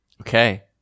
Okay